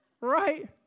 Right